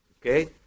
okay